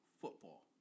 football